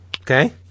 Okay